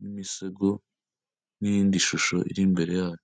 n'imisego n'yindi shusho iri imbere yaho.